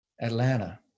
Atlanta